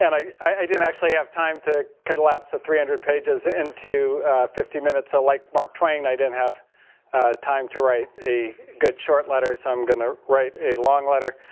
and i, i didn't actually have time to collapse the three hundred pages into fifty minutes. so like mark twain, i didn't have time to write a good short letter, so i'm going to write a long letter.